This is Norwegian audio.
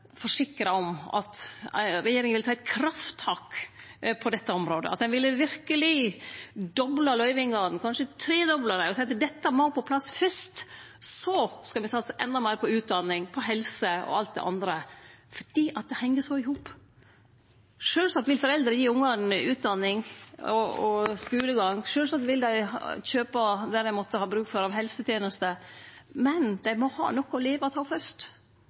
regjeringa vil ta eit krafttak på dette området, at ein ville verkeleg doble løyvingane, kanskje tredoble dei, og seie at dette må på plass fyrst – og så skal vi satse endå meir på utdanning, på helse og alt det andre. For dette heng så tett i hop. Sjølvsagt vil foreldre gje ungane utdanning og skulegang, og sjølvsagt vil dei kjøpe det dei måtte ha bruk for av helsetenester, men dei må ha noko å